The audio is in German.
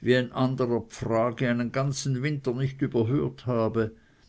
wie ein anderer dfragi einen ganzen winter nicht überhört habe